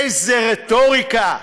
איזו רטוריקה.